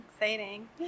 Exciting